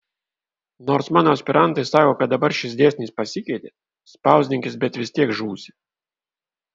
nors mano aspirantai sako kad dabar šis dėsnis pasikeitė spausdinkis bet vis tiek žūsi